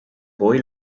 poi